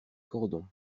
cordon